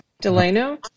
Delano